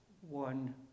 one